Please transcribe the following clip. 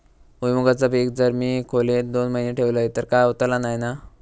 भुईमूगाचा पीक जर मी खोलेत दोन महिने ठेवलंय तर काय होतला नाय ना?